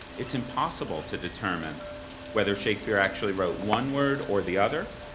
it's impossible to determine whether shakespeare actually wrote one word or the other,